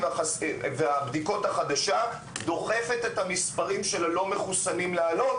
והבדיקות החדשה דוחפת את המספרים של הלא מחוסנים לעלות,